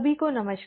सभी को नमस्कार